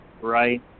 right